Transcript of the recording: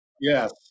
Yes